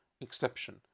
exception